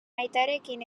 aitarekin